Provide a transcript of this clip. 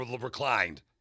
reclined